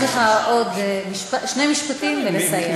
יש לך עוד שני משפטים ולסיים.